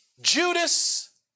Judas